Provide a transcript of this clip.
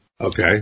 Okay